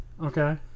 Okay